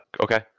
okay